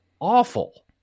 awful